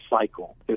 cycle